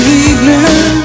evening